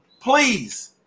please